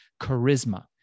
charisma